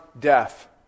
death